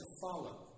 follow